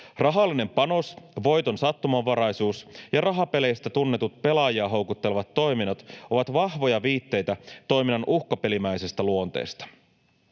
Rahallinen panos, voiton sattumanvaraisuus ja rahapeleistä tunnetut pelaajia houkuttelevat toiminnot ovat vahvoja viitteitä toiminnan uhkapelimäisestä luonteesta.